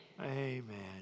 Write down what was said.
Amen